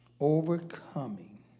overcoming